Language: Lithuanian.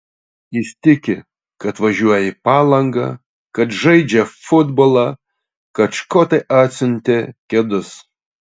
jis tiki kad važiuoja į palangą kad žaidžia futbolą kad škotai atsiuntė kedus